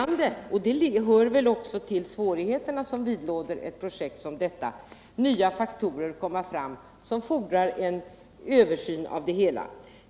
Det hör väl också till de svårigheter som vidlåder ett projekt som detta, att nya faktorer kommer fram som fordrar en översyn.